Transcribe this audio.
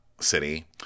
city